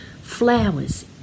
Flowers